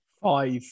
Five